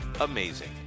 amazing